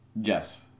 Yes